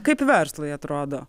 kaip verslui atrodo